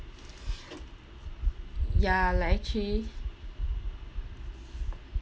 ya like actually